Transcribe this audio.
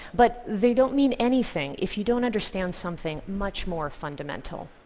but they don't mean anything if you don't understand something much more fundamental.